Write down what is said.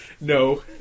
No